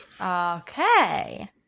Okay